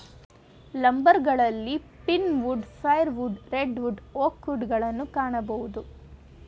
ಲಂಬರ್ಗಳಲ್ಲಿ pine wood, fire wood, red wood, oak wood ಗಳನ್ನು ಕಾಣಬೋದು